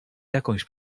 jakąś